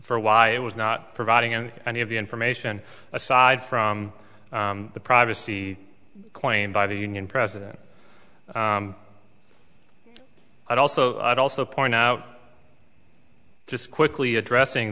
for why it was not providing any of the information aside from the privacy claim by the union president i'd also i'd also point out just quickly addressing